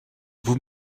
vous